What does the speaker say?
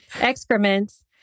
excrements